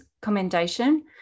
Commendation